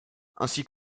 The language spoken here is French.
ainsi